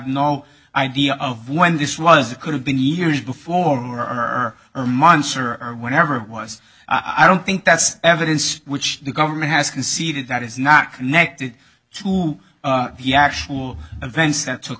no idea of when this was it could have been years before our or months or or whatever it was i don't think that's evidence which the government has conceded that is not connected to the actual events that took